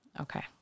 Okay